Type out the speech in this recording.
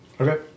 Okay